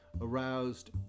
aroused